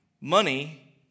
money